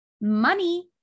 Money